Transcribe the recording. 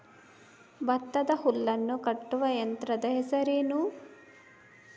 ಭತ್ತದ ಹುಲ್ಲನ್ನು ಕಟ್ಟುವ ಯಂತ್ರದ ಹೆಸರೇನು?